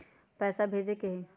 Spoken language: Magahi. पैसा भेजे के हाइ?